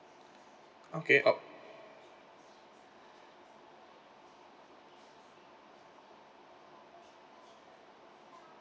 okay oh